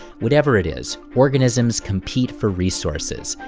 whatever it is, organisms compete for resources.